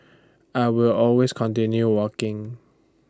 I will always continue walking